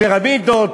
מהפירמידות,